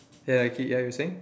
ya okay ya you were saying